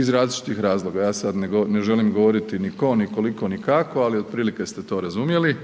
iz različitih razloga, ja sad ne želim govoriti ni tko, ni koliko, ni kako, ali otprilike ste to razumjeli.